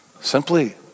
Simply